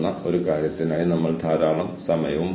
നയരൂപീകരണത്തിൽ ജീവനക്കാരുടെ പങ്കാളിത്തം ആവശ്യമാണ്